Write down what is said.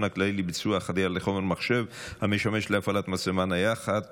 הכללי לביצוע חדירה לחומר מחשב המשמש להפעלת מצלמה נייחת